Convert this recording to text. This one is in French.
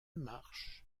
marsh